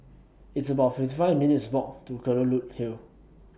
It's about fifty five minutes' Walk to Kelulut Hill